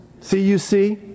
C-U-C